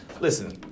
listen